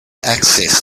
access